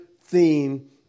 theme